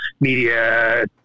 media